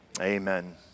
amen